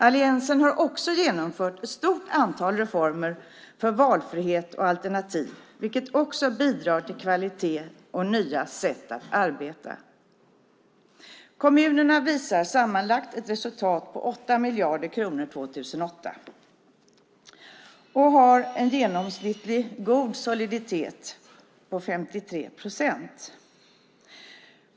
Alliansen har också genomfört ett stort antal reformer för valfrihet och alternativ, vilket också bidrar till kvalitet och nya sätt att arbeta. Kommunerna visar sammanlagt ett resultat på 8 miljarder kronor 2008 och har en genomsnittligt god soliditet på 53 procent.